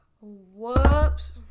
whoops